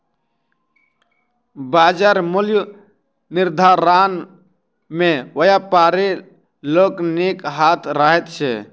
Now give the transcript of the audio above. बाजार मूल्य निर्धारण मे व्यापारी लोकनिक हाथ रहैत छै